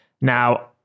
Now